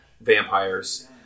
vampires